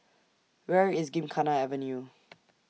Where IS Gymkhana Avenue